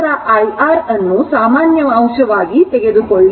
ನಂತರ I R ಅನ್ನು ಸಾಮಾನ್ಯ ಅಂಶವಾಗಿ ತೆಗೆದುಕೊಳ್ಳಿ